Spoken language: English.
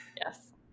Yes